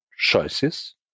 choices